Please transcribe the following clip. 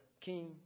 King